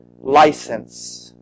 license